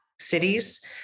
cities